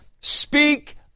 speak